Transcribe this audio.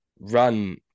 run